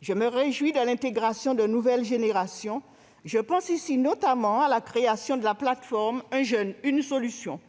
Je me réjouis de l'intégration de nouvelles générations ; je pense notamment à la création de la plateforme « Un jeune, une solution ».